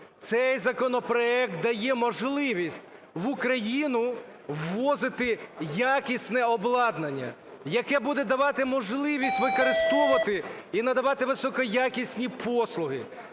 Цей законопроект дає можливість в Україну ввозити якісне обладнання, яке буде давати можливість використовувати і надавати високоякісні послуги